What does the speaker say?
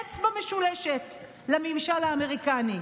אצבע משולשת לממשל האמריקני.